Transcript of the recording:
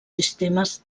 sistemes